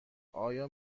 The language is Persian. آیا